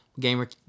Gamer